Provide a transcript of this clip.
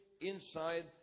inside